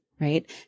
right